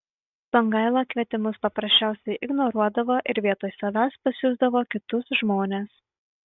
songaila kvietimus paprasčiausiai ignoruodavo ir vietoj savęs pasiųsdavo kitus žmones